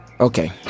Okay